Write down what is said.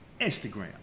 Instagram